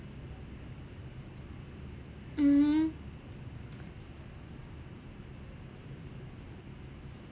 mmhmm